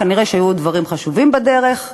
כנראה שהיו עוד דברים חשובים בדרך,